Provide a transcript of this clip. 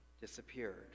disappeared